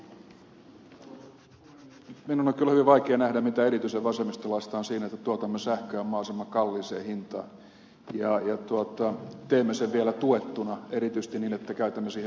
minun on kyllä hyvin vaikea nähdä mitä erityisen vasemmistolaista on siinä että tuotamme sähköä mahdollisimman kalliiseen hintaan ja teemme sen vielä tuettuna erityisesti niin että käytämme siihen verotukia